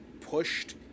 pushed